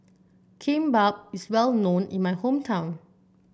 Kimbap is well known in my hometown